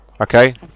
Okay